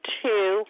two